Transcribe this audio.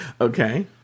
Okay